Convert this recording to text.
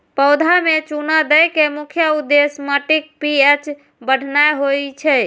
पौधा मे चूना दै के मुख्य उद्देश्य माटिक पी.एच बढ़ेनाय होइ छै